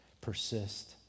persist